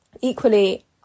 Equally